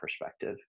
perspective